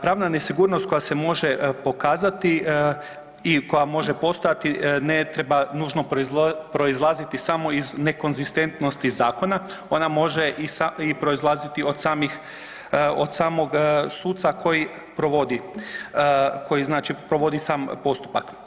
Pravna nesigurnost koja se može pokazati i koja može postojati ne treba nužno proizlaziti samo iz nekonzistentnosti zakona, ona može proizlaziti i od samog suca koji provodi, koji znači provodi sam postupak.